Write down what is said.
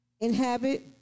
inhabit